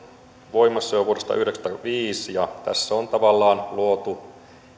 voimassa jo vuodesta yhdeksänkymmentäviisi tässä on tavallaan luotu